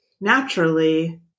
naturally